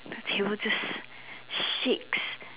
the table just shakes